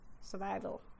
Survival